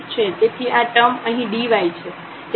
તેથી આ ટર્મ અહી dy છે